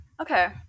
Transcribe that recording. Okay